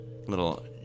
little